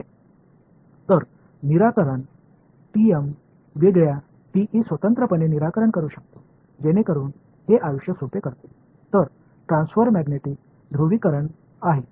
எனவே TM ஐ TE ஐ தனித்தனியாக தீர்க்கலாம் அது ஒரு விஷயத்தை எளிமையாக்குகிறது